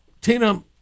Tina